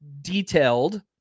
detailed